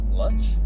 lunch